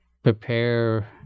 prepare